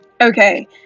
Okay